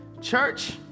Church